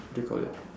what do you call it ah